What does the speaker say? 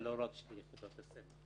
ולא רק של יחידות הסמך.